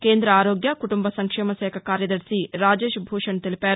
కేంద ఆరోగ్య కుటుంబ సంక్షేమ శాఖ కార్యదర్భి రాజేష్ భూషణ్ తెలిపారు